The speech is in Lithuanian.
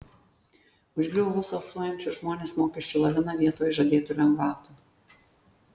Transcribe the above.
užgriuvo vos alsuojančius žmones mokesčių lavina vietoj žadėtų lengvatų